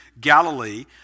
Galilee